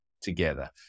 together